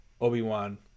Obi-Wan